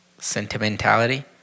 sentimentality